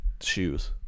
shoes